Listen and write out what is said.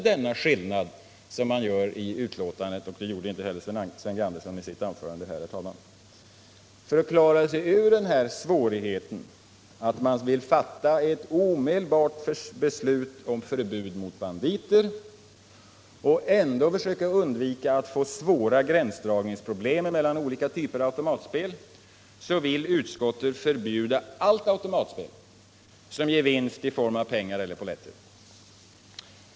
För att klara sig ur svårigheten att nu omedelbart fatta beslut om förbud mot banditer och ändå inte få svåra gränsdragningsproblem mellan olika typer av automatspel vill utskottet förbjuda allt automatspel som ger vinst i form av pengar eller polletter.